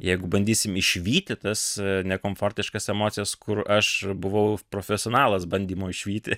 jeigu bandysim išvyti tas nekomfortiškas emocijas kur aš buvau profesionalas bandymo išvyti